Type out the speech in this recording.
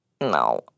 No